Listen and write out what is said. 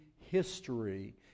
history